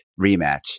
rematch